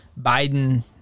Biden-